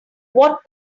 what